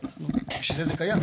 בשביל זה זה קיים.